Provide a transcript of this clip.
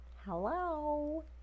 hello